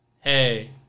hey